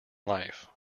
life